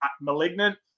malignant